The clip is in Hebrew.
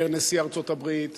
אומר נשיא ארצות-הברית,